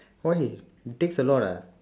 why you text a lot ah